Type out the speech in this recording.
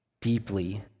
deeply